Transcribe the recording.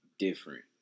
different